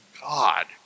God